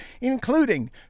including